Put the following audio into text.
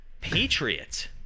patriot